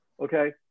Okay